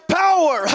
power